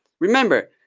remember,